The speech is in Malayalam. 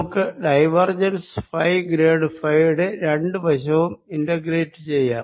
നമുക്ക് ഡൈവേർജെൻസ് ഫൈ ഗ്രേഡ് ഫൈ യുടെ രണ്ടു വശവും ഇന്റഗ്രേറ്റ് ചെയ്യാം